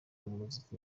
umuziki